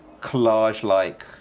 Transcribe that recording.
collage-like